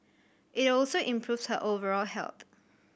it also improves her overall health